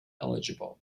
eligible